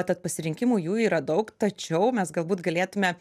tad pasirinkimų jų yra daug tačiau mes galbūt galėtume